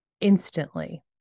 Instantly